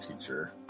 teacher